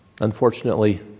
unfortunately